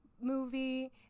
movie